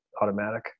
automatic